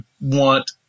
want